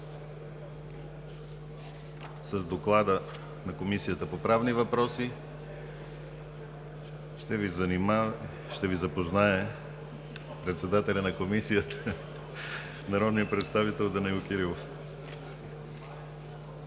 С доклада на Комисията по правни въпроси ще Ви запознае председателят на Комисията – народният представител Данаил Кирилов.